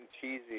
cheesy